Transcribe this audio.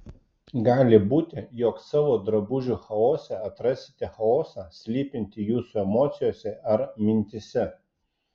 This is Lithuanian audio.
gali būti jog savo drabužių chaose atrasite chaosą slypintį jūsų emocijose ar mintyse